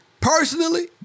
personally